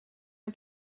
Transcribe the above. the